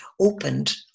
opened